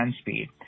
speed